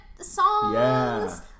songs